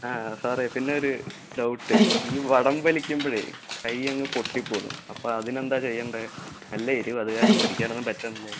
ആ സാറെ പിന്നൊരു ഡൗട്ട് ഈ വടം വലിക്കുമ്പഴേ കൈയ്യങ്ങ് പൊട്ടിപ്പോണു അപ്പം അതിനെന്താണ് ചെയ്യേണ്ട നല്ല എരുവ് അത് കാരണം പിടിക്കാനൊന്നും പറ്റണില്ലതിൽ